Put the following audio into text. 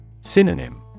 Synonym